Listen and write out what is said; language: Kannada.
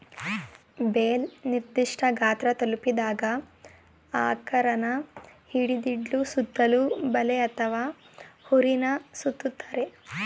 ಬೇಲ್ ನಿರ್ದಿಷ್ಠ ಗಾತ್ರ ತಲುಪಿದಾಗ ಆಕಾರನ ಹಿಡಿದಿಡ್ಲು ಸುತ್ತಲೂ ಬಲೆ ಅಥವಾ ಹುರಿನ ಸುತ್ತುತ್ತಾರೆ